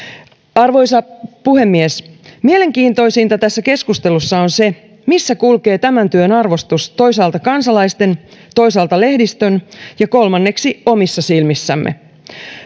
arvoisa puhemies mielenkiintoisinta tässä keskustelussa on se missä kulkee tämän työn arvostus toisaalta kansalaisten silmissä toisaalta lehdistön ja kolmanneksi omissa silmissämme